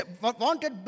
wanted